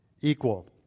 equal